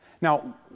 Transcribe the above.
Now